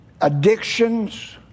addictions